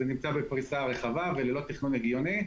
זה נמצא בפריסה רחבה וללא תכנון הגיוני,